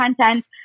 content